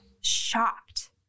shocked